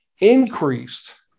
increased